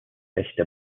echte